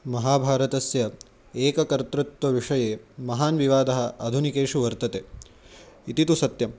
महाभारतस्य एककर्तृत्वविषये महान् विवादः आधुनिकेषु वर्तते इति तु सत्यं